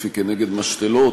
ספציפי כנגד משתלות,